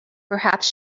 perhaps